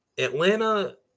Atlanta